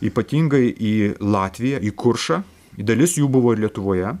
ypatingai į latviją į kuršą dalis jų buvo ir lietuvoje